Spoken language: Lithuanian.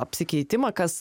apsikeitimą kas